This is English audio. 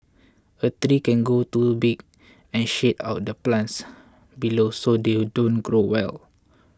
a three can grow too big and shade out the plants below so they don't grow well